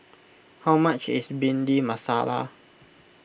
how much is Bhindi Masala